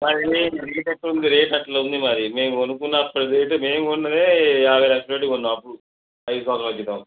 అది రేటు అట్టా ఉంది రేటు అలా ఉంది మరి మేము కొనుక్కున్నప్పుడు రేటే మేము కొన్నదే యాభై లక్షల పెట్టి కొన్నాము అప్పుడు ఐదు సంవత్సరాల క్రితం